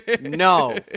No